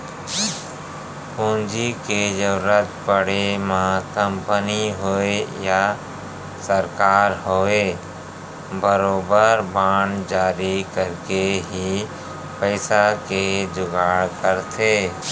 पूंजी के जरुरत पड़े म कंपनी होवय या सरकार होवय बरोबर बांड जारी करके ही पइसा के जुगाड़ करथे